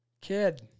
Kid